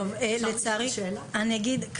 טוב לצערי אני אגיד,